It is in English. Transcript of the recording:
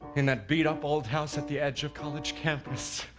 in that beat-up old house at the edge of college campus